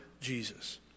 Jesus